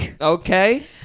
Okay